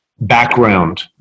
background